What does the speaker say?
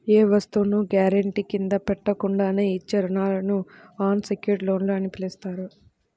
ఏ వస్తువును గ్యారెంటీ కింద పెట్టకుండానే ఇచ్చే రుణాలను అన్ సెక్యుర్డ్ లోన్లు అని పిలుస్తారు